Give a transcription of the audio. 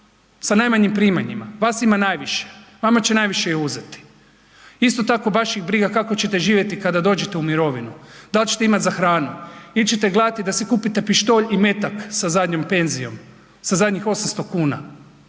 sa najmanjim primanjima. Vas ima najviše, vama će najviše i uzeti. Isto tako, baš ih briga kako ćete živjeti kada dođete u mirovinu, da li ćete imati za hranu ili ćete gledati da si kupite pištolj i metak sa zadnjom penzijom, sa zadnjih 800 kuna